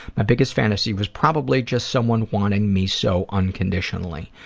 my biggest fantasy was probably just someone wanting me so unconditionally.